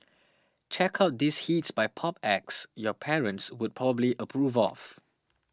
check out these hits by pop acts your parents would probably approve of